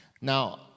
now